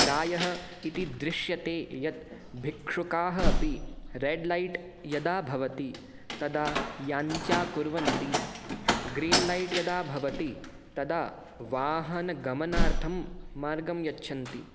प्रायः इति दृश्यते यत् भिक्षुकाः अपि रेड्लैट् यदा भवति तदा याञ्चा कुर्वन्ति ग्रीन्लैट् यदा भवति तदा वाहनगमनार्थं मार्गं यच्छन्ति